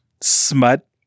smut